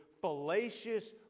fallacious